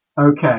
Okay